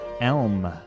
Elm